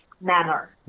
manner